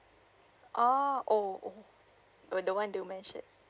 ah oh were the [one] you mentioned